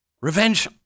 revenge